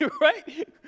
right